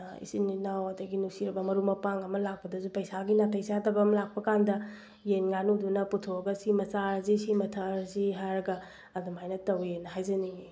ꯏꯆꯤꯡ ꯏꯅꯥꯎ ꯑꯗꯒꯤ ꯅꯨꯡꯁꯤꯔꯕ ꯃꯔꯨꯞ ꯃꯄꯥꯡ ꯑꯃ ꯂꯥꯛꯄꯗꯁꯨ ꯄꯩꯁꯥꯒꯤ ꯅꯥꯇꯩ ꯆꯥꯗꯕ ꯑꯃ ꯂꯥꯛꯄ ꯀꯥꯟꯗ ꯌꯦꯟ ꯉꯥꯅꯨꯗꯨꯅ ꯄꯨꯊꯣꯛꯑꯒ ꯁꯤꯃ ꯆꯥꯔꯁꯤ ꯁꯤꯃ ꯊꯛꯑꯁꯤ ꯍꯥꯏꯔꯒ ꯑꯗꯨꯃꯥꯏꯅ ꯇꯧꯋꯦꯅ ꯍꯥꯏꯖꯅꯤꯡꯉꯤ